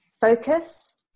focus